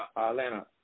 Atlanta